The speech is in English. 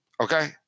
Okay